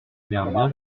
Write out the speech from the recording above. bien